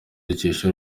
dukesha